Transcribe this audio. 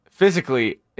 Physically